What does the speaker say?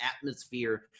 atmosphere